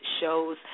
shows